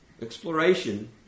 Exploration